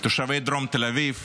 תושבי דרום תל אביב,